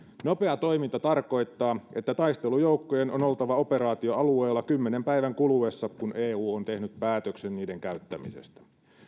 nopea toiminta tarkoittaa että taistelujoukkojen on oltava operaatioalueella kymmenen päivän kuluessa siitä kun eu on tehnyt päätöksen niiden käyttämisestä